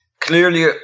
clearly